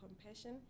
compassion